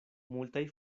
multaj